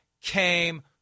came